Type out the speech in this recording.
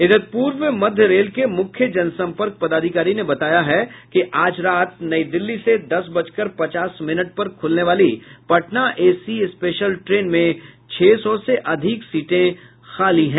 इधर पूर्व मध्य रेल के मुख्य जनसंपर्क पदाधिकारी ने बताया है कि आज रात नई दिल्ली से दस बजकर पचास मिनट पर खुलने वाली पटना एसी स्पेशल ट्रेन में छह सौ से अधिक सीटें खाली हैं